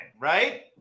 Right